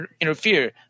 interfere